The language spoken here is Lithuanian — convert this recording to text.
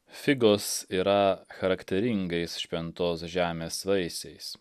figos yra charakteringais šventos žemės vaisiais